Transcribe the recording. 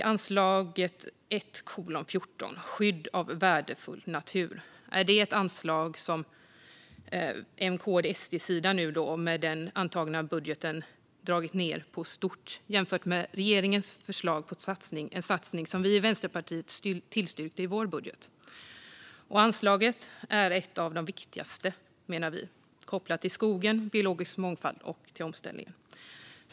Anslaget 1:14 Skydd av värdefull natur är ett anslag som M-KD-SD-sidan nu med den antagna budgeten dragit ned på stort jämfört med regeringens förslag till satsning, en satsning som vi i Vänsterpartiet tillstyrkte i vår budget. Vi menar att anslaget är ett av de viktigaste kopplat till skogen, biologisk mångfald och omställning.